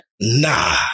nah